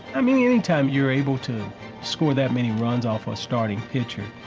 i mean, anytime you were able to score that many runs off a starting pitcher,